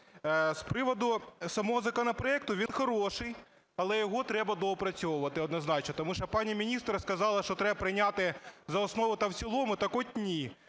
з приводу самого законопроекту, він хороший, але його треба доопрацьовувати однозначно, тому що пані міністр сказала, що треба прийняти за основу та в цілому. Так от ні.